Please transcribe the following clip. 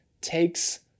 takes